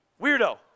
weirdo